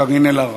קארין אלהרר.